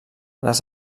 les